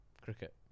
Cricket